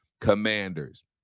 Commanders